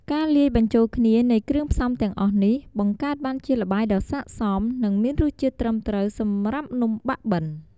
ការលាយបញ្ចូលគ្នានៃគ្រឿងផ្សំទាំងអស់នេះ បង្កើតបានជាល្បាយដ៏ស័ក្តិសម និងមានរសជាតិត្រឹមត្រូវសម្រាប់នំបាក់បិន។